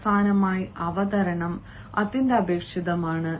അവസാനമായി അവതരണം അത്യന്താപേക്ഷിതമാണ്